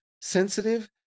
sensitive